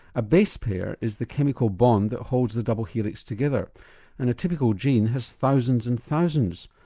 a base pair is the chemical bond that holds the double helix together and a typical gene has thousands and thousands.